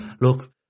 look